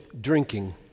drinking